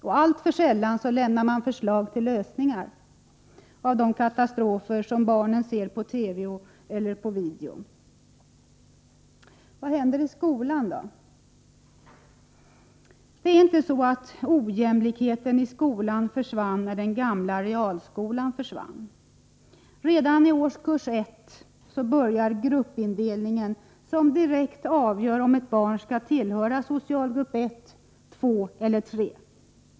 Alltför sällan lämnar man förslag till lösningar när det gäller de katastrofer som barnen ser på TV eller video. Vad händer då i skolan? Det är inte så att ojämlikheten i skolan försvann när den gamla realskolan försvann. Redan i årskurs 1 börjar gruppindelningen, som direkt avgör om ett barn skall tillhöra socialgrupp 1,2 eller 3.